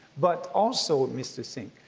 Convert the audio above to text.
but also, mr. singh,